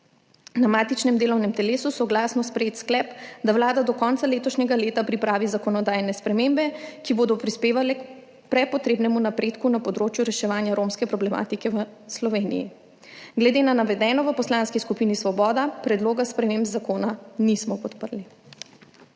na matičnem delovnem telesu soglasno sprejet sklep, da Vlada do konca letošnjega leta pripravi zakonodajne spremembe, ki bodo prispevale k prepotrebnemu napredku na področju reševanja romske problematike v Sloveniji. Glede na navedeno v Poslanski skupini Svoboda predloga sprememb zakona nismo podprli.